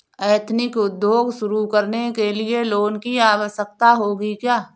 Ethnic उद्योग शुरू करने लिए लोन की आवश्यकता होगी क्या?